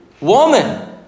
woman